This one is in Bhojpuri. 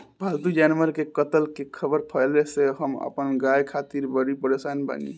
पाल्तु जानवर के कत्ल के ख़बर फैले से हम अपना गाय खातिर बड़ी परेशान बानी